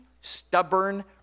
stubborn